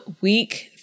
week